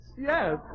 Yes